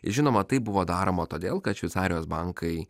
žinoma tai buvo daroma todėl kad šveicarijos bankai